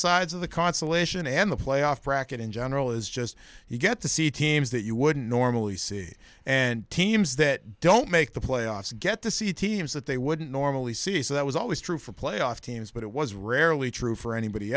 sides of the consolation and the playoff bracket in general is just you get to see teams that you wouldn't normally see and teams that don't make the playoffs get to see teams that they wouldn't normally see so that was always true for playoff teams but it was rarely true for anybody